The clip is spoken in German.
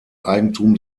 eigentum